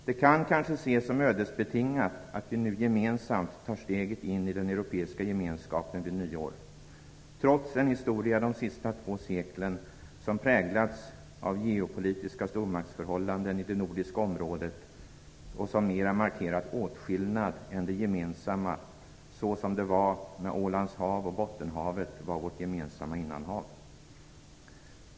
Det kan kanske ses som ödesbetingat att vi nu gemensamt tar steget in i den europeiska gemenskapen vid nyår, trots en historia de sista två seklerna som har präglats av geopolitiska stormaktsförhållanden i det nordiska området och som mera markerat åtskillnad än det gemensamma, såsom det var när Ålands hav och Bottenhavet var vårt gemensamma innanhav.